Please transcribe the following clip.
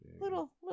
little